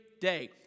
day